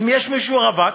אם יש מישהו רווק,